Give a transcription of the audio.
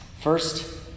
First